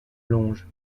longe